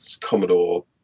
Commodore